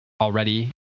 already